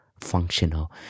functional